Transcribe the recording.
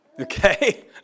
Okay